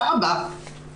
תודה רבה.